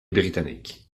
britannique